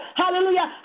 hallelujah